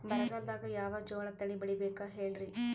ಬರಗಾಲದಾಗ್ ಯಾವ ಜೋಳ ತಳಿ ಬೆಳಿಬೇಕ ಹೇಳ್ರಿ?